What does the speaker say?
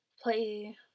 Play